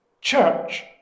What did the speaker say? church